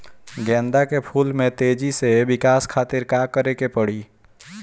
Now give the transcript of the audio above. गेंदा के फूल में तेजी से विकास खातिर का करे के पड़ी?